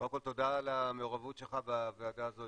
קודם כל תודה על המעורבות שלך בוועדה הזו,